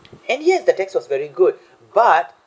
and yet the text was very good but